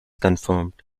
confirmed